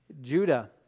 Judah